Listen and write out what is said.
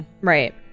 Right